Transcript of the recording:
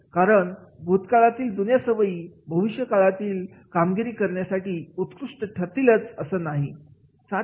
कारण भूतकाळातील जुन्या सवयी भविष्यातील कामगिरी करण्यासाठी उत्कृष्ट ठरतीलच असं नाही